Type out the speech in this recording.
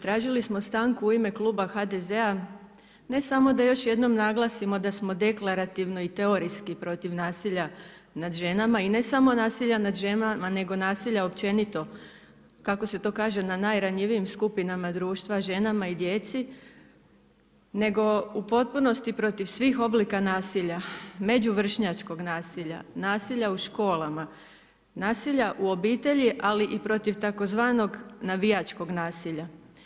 Tražili smo stanku u ime kluba HDZ-a ne samo da još jednom naglasimo da smo deklarativno i teorijski protiv nasilja nad ženama i ne samo nasilja nad ženama, nego nasilja općenito, kako se to kaže na najranjivijim skupinama društva, ženama i djeci nego u potpunosti protiv svih oblika nasilja, među vršnjačkog nasilja, nasilja u školama, nasilja u obitelji ali i protiv tzv. navijačkog nasilja.